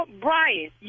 Brian